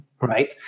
right